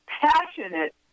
passionate